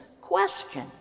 question